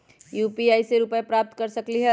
UPI से रुपए प्राप्त कर सकलीहल?